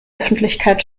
öffentlichkeit